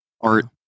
Art